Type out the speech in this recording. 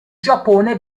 giappone